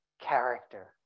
character